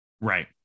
Right